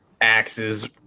axes